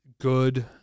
good